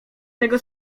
tego